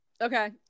Okay